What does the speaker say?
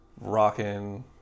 rocking